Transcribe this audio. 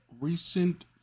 recent